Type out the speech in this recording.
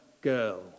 girl